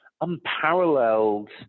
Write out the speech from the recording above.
Unparalleled